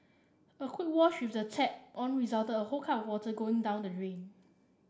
a quick wash with the tap on resulted a whole cup of water going down the rain